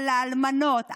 על האלמנות,